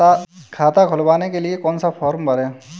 खाता खुलवाने के लिए कौन सा फॉर्म भरें?